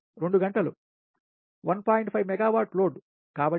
5 megawatt load కాబట్టి 2 x 1